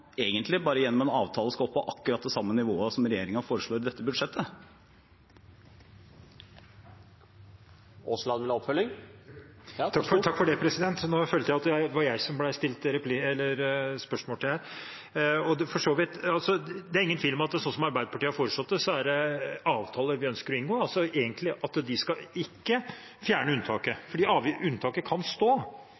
egentlig bare gjennom en avtale skal opp på akkurat det samme nivået som regjeringen foreslår i dette budsjettet? Nå følte jeg at det var jeg som ble stilt spørsmål til her. Det er ingen tvil om at slik som Arbeiderpartiet har foreslått det, er det avtaler vi ønsker å inngå, altså egentlig at de ikke skal fjerne unntaket,